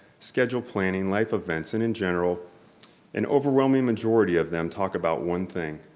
schedule planning, life events and in general an overwhelming majority of them talk about one thing,